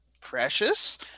precious